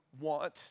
want